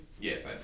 Yes